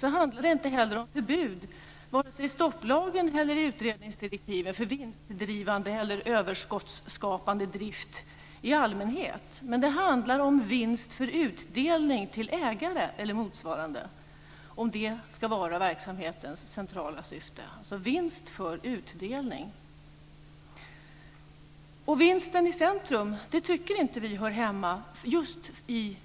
Det handlar inte heller om förbud i vare sig stopplagen eller i utredningsdirektiven för vinstdrivande eller överskottsskapande drift i allmänhet. Det handlar om att vinst för utdelning till ägare eller motsvarande ska vara verksamhetens centrala syfte - Vinsten i centrum tycker vi inte hör hemma i